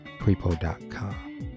prepo.com